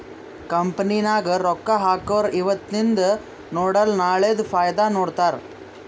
company ನಾಗ್ ರೊಕ್ಕಾ ಹಾಕೊರು ಇವತಿಂದ್ ನೋಡಲ ನಾಳೆದು ಫೈದಾ ನೋಡ್ತಾರ್